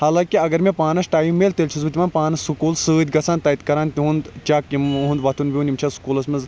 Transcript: حالانٛکہِ اَگر مےٚ پانَس ٹایم میلہِ تیٚلہِ چھُس بہٕ تِمَن پانہٕ سُکول سۭتۍ گَژھان تَتہِ کَران تِہُنٛد چَیٚک یُہُنٛد ووتھُن بِہُن یِم چھا سُکولَس مَنٛز